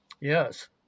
Yes